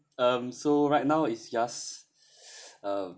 um so right now it's just uh